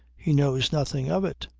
he knows nothing of it.